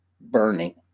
burning